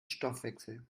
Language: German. stoffwechsel